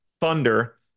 Thunder